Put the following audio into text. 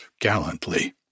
gallantly